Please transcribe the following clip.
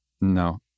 no